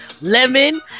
lemon